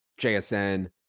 JSN